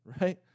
right